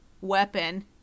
weapon